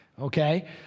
Okay